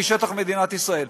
משטח מדינת ישראל,